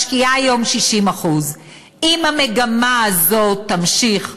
משקיעה היום 60%. אם המגמה הזאת תימשך,